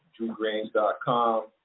drewgrange.com